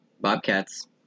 Bobcats